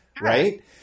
right